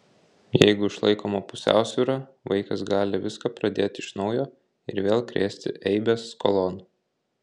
jeigu išlaikoma pusiausvyra vaikas gali viską pradėti iš naujo ir vėl krėsti eibes skolon